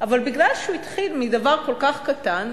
אבל בגלל שהוא התחיל מדבר כל כך קטן,